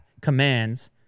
commands